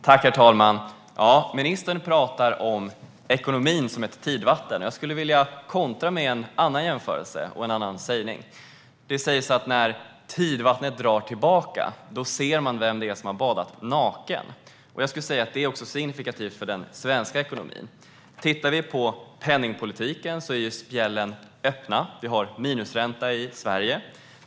Herr talman! Ministern talar om ekonomin som ett tidvatten. Jag skulle vilja kontra med en annan jämförelse. Det sägs att när tidvattnet drar tillbaka ser man vem som har badat naken. Jag menar att detta är signifikativt för den svenska ekonomin. I penningpolitiken är spjällen öppna, och vi har minusränta i Sverige.